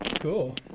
Cool